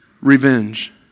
revenge